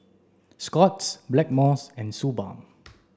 Scott's Blackmores and Suu Balm